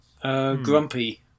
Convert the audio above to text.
grumpy